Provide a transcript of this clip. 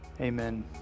Amen